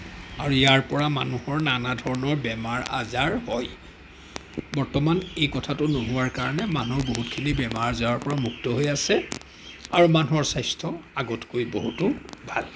আৰু ইয়াৰ পৰা মানুহৰ নানা ধৰণৰ বেমাৰ আজাৰ হয় বৰ্তমান এই কথাটো নোহোৱাৰ কাৰণে মানুহ বহুতখিনি বেমাৰ আজাৰৰ পৰা মুক্ত হৈ আছে আৰু মানুহৰ স্ৱাস্থ্য আগতকৈ বহুতো ভাল